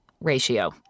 ratio